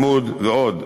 כיתת לימוד ועוד.